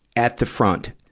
at the front,